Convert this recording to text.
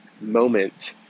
moment